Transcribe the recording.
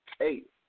Eight